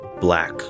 Black